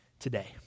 today